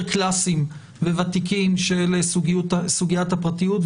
קלסיים וותיקים של סוגיית הפרטיות,